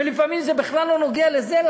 ולפעמים זה בכלל לא נוגע לזה,